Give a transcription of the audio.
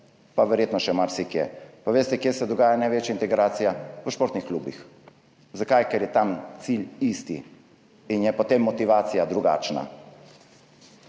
pa verjetno še marsikdo. Pa veste, kje se dogaja največja integracija? V športnih klubih. Zakaj? Ker je tam cilj isti in je potem motivacija drugačna.